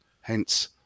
hence